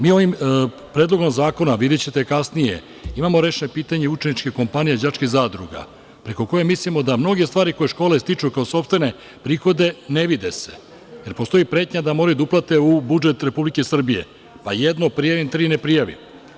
Mi ovim Predlogom zakona, videćete kasnije, imamo rešeno pitanje učeničke kompanije i đačkih zadruga, preko koje mislimo da mnoge stvari koje škole stiču kao sopstvene prihode, ne vide se, jer postoji pretnja da moraju da uplate u budžet Republike Srbije, pa jedno prijavim, tri ne prijavim.